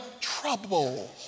trouble